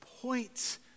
points